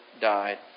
died